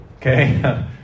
okay